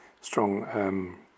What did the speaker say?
strong